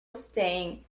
staying